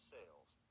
Sales